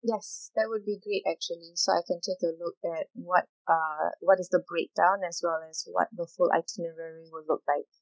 yes that would be great actually so I can look at what uh what is the breakdown as well as what the full itinerary will look like